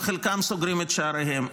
וחלקם סוגרים את שעריהם.